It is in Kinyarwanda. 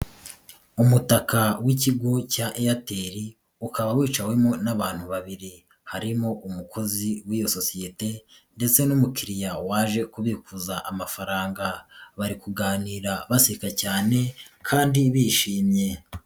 Umutaka w'ikigo cya Airtel, ukaba wicawemo n'abantu babiri. Harimo umukozi w'iyo sosiyete ndetse n'umukiriya waje kubikuza amafaranga. Bari kuganira baseka cyane kandi bishimye.